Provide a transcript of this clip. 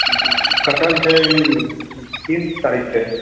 कटल छै तीन तारीख़ के